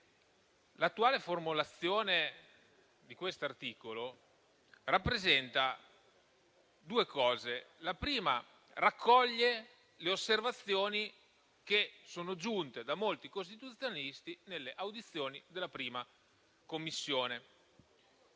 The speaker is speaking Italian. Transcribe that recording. L'attuale formulazione di questo articolo rappresenta due cose: in primo luogo, raccoglie le osservazioni che sono giunte da molti costituzionalisti nelle audizioni della 1a Commissione.